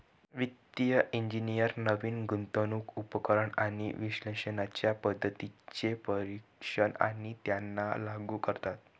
वित्तिय इंजिनियर नवीन गुंतवणूक उपकरण आणि विश्लेषणाच्या पद्धतींचे परीक्षण आणि त्यांना लागू करतात